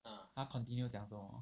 他 continue 讲什么